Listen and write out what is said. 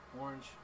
orange